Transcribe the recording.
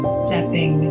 stepping